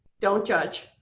don't judge.